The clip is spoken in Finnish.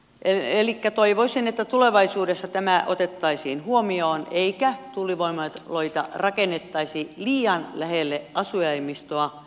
elikkä toivoisin että tulevaisuudessa tämä otettaisiin huomioon eikä tuulivoimaloita rakennettaisi liian lähelle asujaimistoa